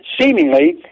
seemingly